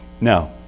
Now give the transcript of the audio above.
Now